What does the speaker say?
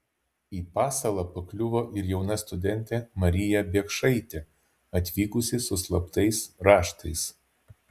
į pasalą pakliuvo ir jauna studentė marija biekšaitė atvykusi su slaptais raštais